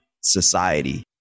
society